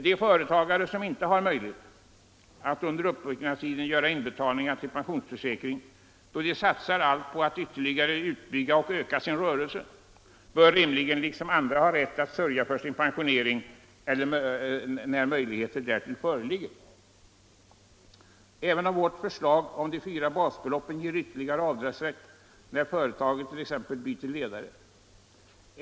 De företagare som inte har möjlighet att under uppbyggnadstiden göra inbetalningar till pensionsförsäkring, då de satsar allt för att ytterligare utbygga och öka sin rörelse, bör rimligen liksom andra ha rätt att sörja för sin pensionering, när möjligheter härtill föreligger, även om vårt förslag om de fyra basbeloppen ger ytterligare avdragsrätt när företaget t.ex. byter ledare.